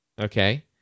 Okay